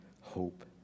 hope